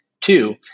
Two